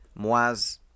Moaz